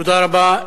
תודה רבה.